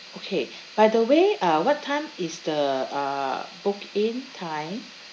okay by the way uh what time is the uh book in time